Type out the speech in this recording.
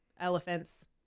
elephants